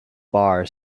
bar